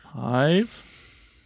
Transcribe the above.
five